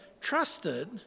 trusted